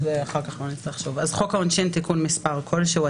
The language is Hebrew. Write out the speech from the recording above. "חוק העונשין (תיקון מס' ...),